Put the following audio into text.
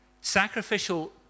Sacrificial